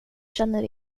känner